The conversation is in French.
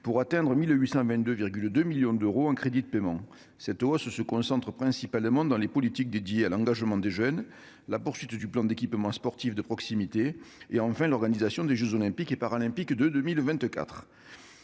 pour atteindre 1 822,2 millions d'euros en crédits de paiement. Cette hausse se concentre principalement sur les politiques dédiées à l'engagement des jeunes, la poursuite du plan en faveur des équipements sportifs de proximité et, enfin, l'organisation des jeux Olympiques et Paralympiques de 2024.